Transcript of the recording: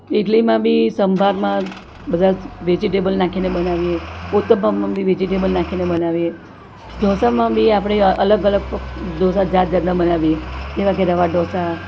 ઇડલીમાં બી સંભારમાં બધા જ વેજીટેબલ નાખીને બનાવીએ ઉત્તપમમાં બી વેજીટેબલ નાખીને બનાવીએ ઢોંસામાં બી આપણે અલગ અલગ ઢોંસા જાત જાતના બનાવીએ જેવા કે રવા ઢોંસા